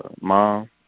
mom